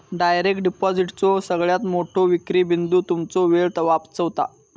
direct डिपॉजिटचो सगळ्यात मोठो विक्री बिंदू तुमचो वेळ वाचवता